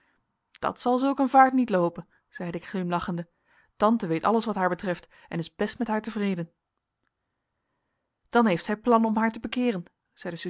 dat zal zulk een vaart niet loopen zeide ik glimlachende tante weet alles wat haar betreft en is best met haar tevreden dan heeft zij plan om haar te